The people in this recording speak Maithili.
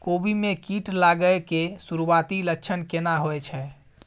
कोबी में कीट लागय के सुरूआती लक्षण केना होय छै